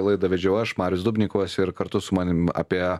laidą vedžiau aš marius dubnikovas ir kartu su manim apie